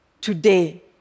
today